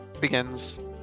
begins